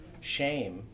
shame